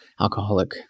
alcoholic